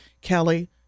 Kelly